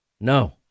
No